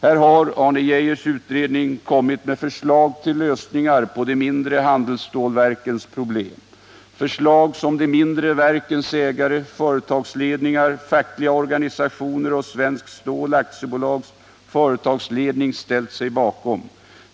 Här har Arne Geijers utredning kommit med förslag till lösningar på de mindre handelsstålverkens problem, förslag som de mindre verkens ägare, företagsledningar, fackliga organisationer och Svenskt Stål AB:s företagsledning ställt sig bakom.